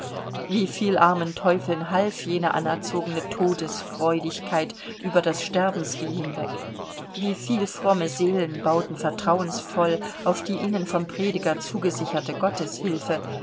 wie viel armen teufeln half jene anerzogene todesfreudigkeit über das sterbensweh hinweg wie viel fromme seelen bauten vertrauensvoll auf die ihnen vom prediger zugesicherte gotteshilfe